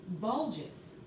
bulges